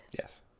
Yes